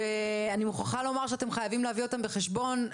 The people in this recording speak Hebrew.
אני מוכרחה לומר שאתם חייבים להביא אותם בחשבון,